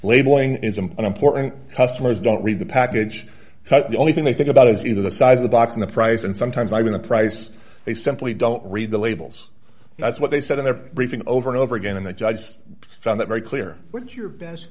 labeling is an important customers don't leave the package the only thing they think about is either the size of the box in the price and sometimes i mean the price they simply don't read the labels and that's what they said in their briefing over and over again and the judge found that very clear what is your best